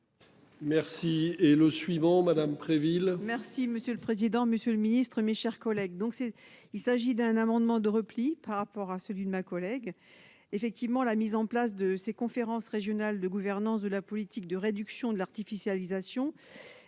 Merci et le suivant, Madame Préville.